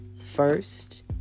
first